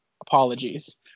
apologies